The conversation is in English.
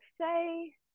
say